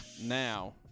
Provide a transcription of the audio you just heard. now